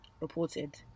reported